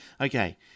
Okay